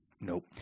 Nope